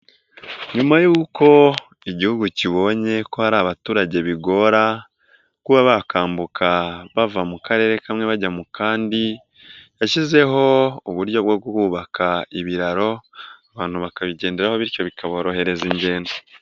Nyuma yuko Igihugu kibonye ko hari abaturage bigora kuba bakambuka bava mu karere kamwe bajya mu kandi yashyizeho uburyo bwo kuhubaka ibiraro abantu bakabigenderaho bityo bikaborohereza ingendo.